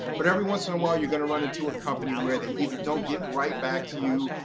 but every once in awhile, you're going to run into a company where they either don't get right back to you,